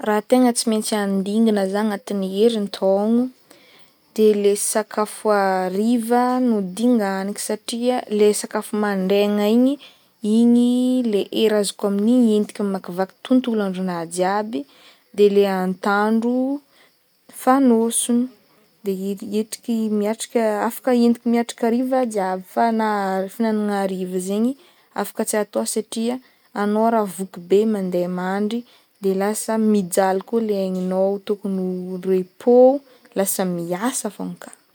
Raha tegna tsy maintsy handingana zaho agnatin'ny herintaogno de le sakafo hariva no dinganiko satria le sakafo mandraigna igny igny le e raha azoko amin'igny entiko amakivaky tontolo andronahy jiaby de le antandro fanôsogno de enti- entiky miatrika afaka entiky miatrika hariva jiaby fa na ny fihignana hariva zaigny afaka tsy atao satria anao raha voky be mandeha mandry de lasa mijaly koa le aigninao tokony ho repos o lasa miasa fogna ka.